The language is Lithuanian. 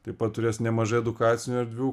taip pat turės nemažai edukacinių erdvių